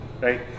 right